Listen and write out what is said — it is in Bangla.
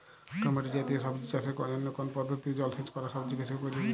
টমেটো জাতীয় সবজি চাষের জন্য কোন পদ্ধতিতে জলসেচ করা সবচেয়ে উপযোগী?